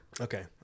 Okay